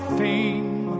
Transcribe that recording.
fame